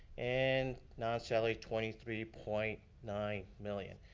and non-salary, twenty three point nine million.